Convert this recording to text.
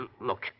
Look